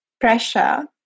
pressure